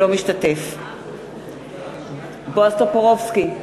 אינו משתתף בהצבעה בועז טופורובסקי,